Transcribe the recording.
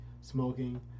smoking